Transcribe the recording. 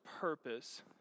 purpose